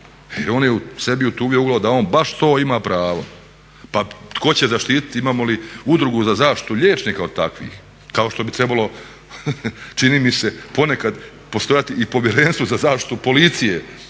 On je sebi utuvio u glavu da on baš to ima pravo. Pa tko će zaštititi, imamo li udrugu za zaštitu liječnika od takvih? Kao što bi trebalo čini mi se ponekad postojati i povjerenstvo za zaštitu policije